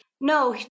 no